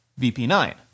VP9